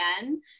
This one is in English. again